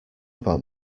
about